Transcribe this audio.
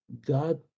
God